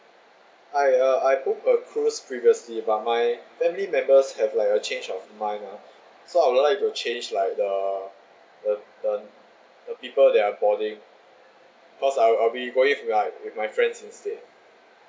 I uh I booked a cruise previously but my family members have like a change of mind ah so I would like to change like the the the the people that are boarding cause I'll I'll be going with like with my friends instead